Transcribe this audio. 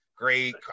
great